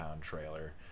trailer